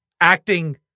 acting